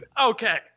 Okay